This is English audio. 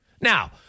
Now